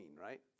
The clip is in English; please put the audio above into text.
right